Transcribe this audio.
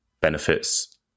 benefits